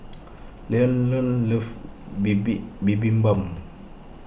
Lavonne loves Bibimbap